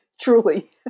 Truly